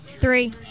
Three